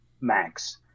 max